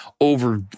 over